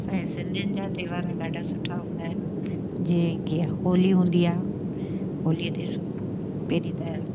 असांजे सिंधियुनि जा त्योहारु ॾाढा सुठा हूंदा आहिनि जीअं की होली हूंदी आहे होलीअ ते सु पहिरीं त